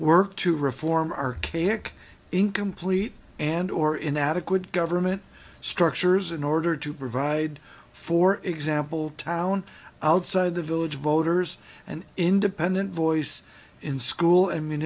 work to reform our chaotic incomplete and or inadequate government structures in order to provide for example town outside the village voters an independent voice in school